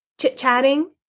Chit-chatting